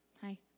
Hi